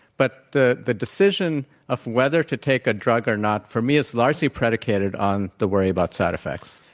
but the the decision of whether to take a drug or not, for me, is largely predicated on the worry about side effects.